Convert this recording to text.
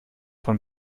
von